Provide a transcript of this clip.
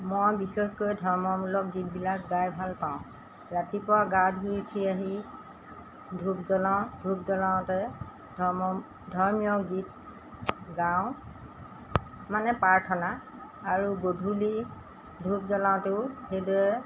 মই বিশেষকৈ ধৰ্মমূলক গীতবিলাক গাই ভাল পাওঁ ৰাতিপুৱা গা ধুই উঠি আহি ধূপ জ্বলাওঁ ধূপ জ্বলাওঁতে ধৰ্ম ধৰ্মীয় গীত গাওঁ মানে প্ৰাৰ্থনা আৰু গধূলি ধূপ জ্বলাওঁতেও সেইদৰে